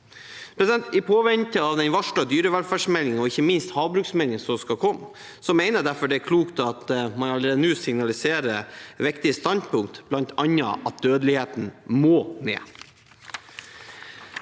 måte. I påvente av den varslede dyrevelferdsmeldingen, og ikke minst havbruksmeldingen som skal komme, mener jeg derfor det er klokt at man allerede nå signaliserer viktige standpunkt, bl.a. at dødeligheten må ned.